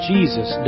Jesus